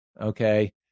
Okay